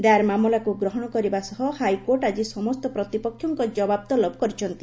ଦାଏର ମାମଲାକୁ ଗ୍ରହଶ କରିବା ସହ ହାଇକୋର୍ଟ ଆଜି ସମସ୍ତ ପ୍ରତିପକ୍ଷଙ୍କ ଜବାବ ତଲବ କରିଛନ୍ତି